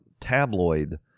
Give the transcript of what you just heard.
tabloid